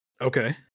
Okay